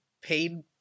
paid